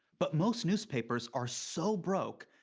but most newspapers are so broke,